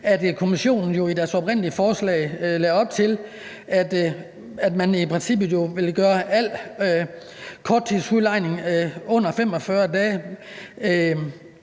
at Kommissionen jo i deres oprindelige forslag lagde op til, at al korttidsudlejning under 45 dage